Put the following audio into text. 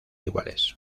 iguales